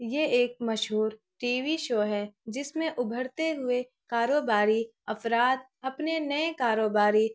یہ ایک مشہور ٹی وی شو ہے جس میں ابھرتے ہوئے کاروباری افراد اپنے نئے کاروباری